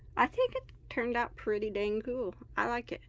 i think it turned out pretty dang cool. i like it.